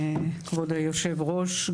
כבוד יושב הראש,